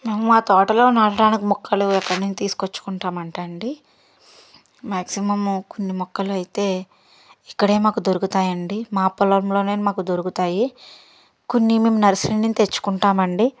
మా తోటలో నాటడానికి మొక్కలు ఎక్కడి నుంచి తీసుకొచ్చుకుంటాం అంటే అండీ మాక్సిమం కొన్ని మొక్కలు అయితే ఇక్కడే మాకు దొరుకుతాయండి మా పొలంలోనే మాకు దొరుకుతాయి కొన్ని మేము నర్సరీ నుంచి తెచ్చుకుంటామండీ